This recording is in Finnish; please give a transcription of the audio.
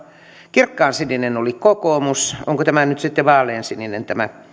kirkkaansininen oli kokoomus onko tämä nyt sitten vaaleansininen